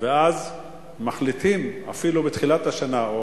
ואז מחליפים אפילו בתחילת השנה,